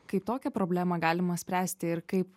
kaip tokią problemą galima spręsti ir kaip